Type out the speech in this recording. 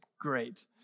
great